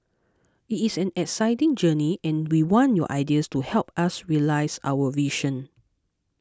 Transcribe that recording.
it is an exciting journey and we want your ideas to help us realise our vision